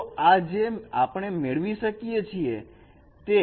તો આ જે આપણે મેળવી શકીએ તે છે